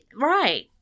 Right